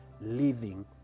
living